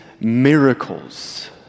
miracles